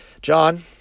John